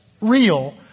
real